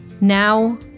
Now